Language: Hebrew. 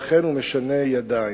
ואכן הוא משנה ידיים.